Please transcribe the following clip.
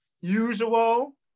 usual